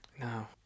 No